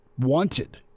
wanted